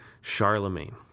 charlemagne